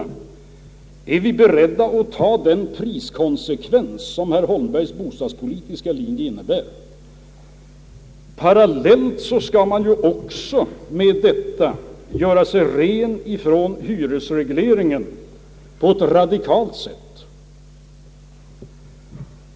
är vi beredda att ta den priskonsekvens som herr Holmbergs bostadspolitiska linje innebär? Parallellt skulle man då enligt Holmberg också med detta göra sig fri från hyresregleringen på ett radikalt sätt.